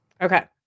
Okay